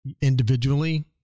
individually